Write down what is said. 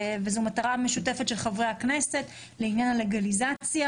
וזו מטרה משותפת של חברי הכנסת לעניין הלגליזציה.